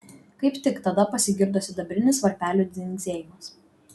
kaip tik tada pasigirdo sidabrinis varpelių dzingsėjimas